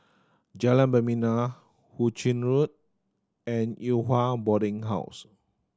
Jalan Membina Hu Ching Road and Yew Hua Boarding House